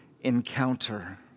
encounter